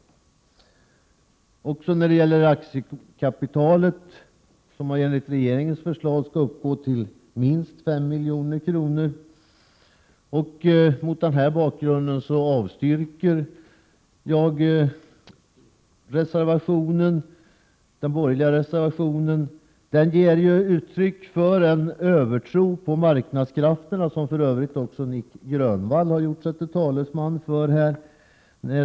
Utskottsmajoriteten stöder också regeringen när det gäller aktiekapitalet, som enligt regeringens förslag skall uppgå till minst 5 milj.kr. Mot denna bakgrund yrkar jag avslag på den borgerliga reservationen, som ger uttryck för en övertro på marknadskrafterna, vilka för övrigt också Nic Grönvall har gjort sig till talesman för här i kammaren.